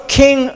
king